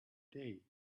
day